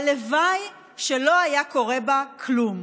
הלוואי שלא היה קורה בה כלום.